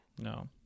no